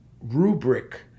rubric